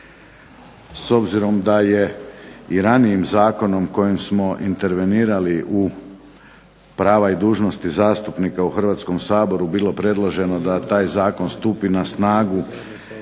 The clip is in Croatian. S obzirom da je ranijim zakonom kojim smo intervenirali u prava i dužnosti zastupnika u Hrvatskom saboru bilo predloženo da taj Zakon stupi na snagu